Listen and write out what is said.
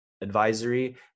advisory